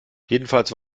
jedenfalls